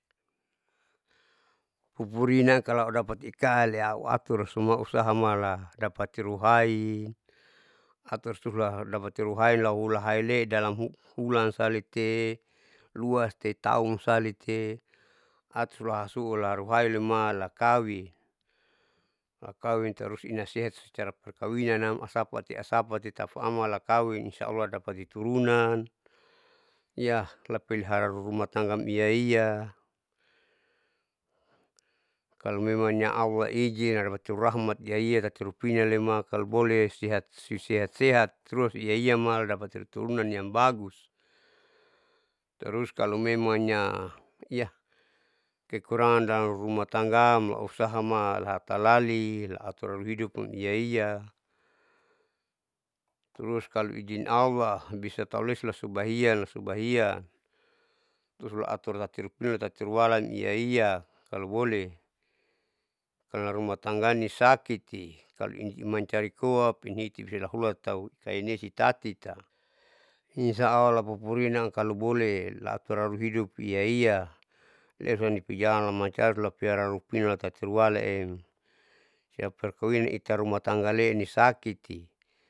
Pupurinaam kalo audapati ikaan auatur suma usaha mala dapati ruhai atausula dapati ruhain lahula hainle dalam ulansalite luatetaun salite atula asuhula rohailema lakawin, lakawin tarus inasehat secara perkawinanam iasapate asapate tapaamma lakawin insyaallah dapa keturunan hiyah lapelihara laluma tanggaam iaia, kalomemangya allah ijin adapati rahmat iaia tapi lupinanama kalo boleh sehat susehat sehat rua suiaiama dapati uturunan yangbagus tarus kalomemangnya iyahkekurangan dalam rumatanggaam lausahama lahalalin laatur hidupam iaia, terus kalo ijin allah bisa taulesla subahian la subahia terus laator tati pupurina rtatirualan iaia kaloh boleh lararuma tanggam nisakiti kalo imancari koa itibisa dapa hulan tahu ainesi tatita, insya allah pupurinakan talo boleh latur lauhidup iaia sipeinijalan lamancari lapira lupinam tati rualaem siam perkawinan ita rumatanggale nisakiti.